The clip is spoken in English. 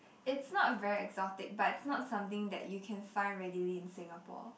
it's not very exotic but it's not something that you can find readily in Singapore